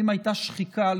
ואם הייתה שחיקה,